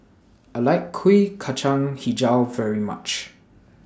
I like Kuih Kacang Hijau very much